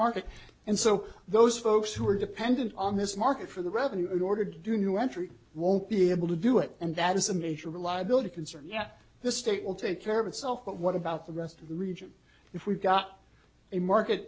market and so those folks who are dependent on this market for the revenue in order to do new entry won't be able to do it and that is a major reliability concern yes the state will take care of itself but what about the rest of the region if we've got a market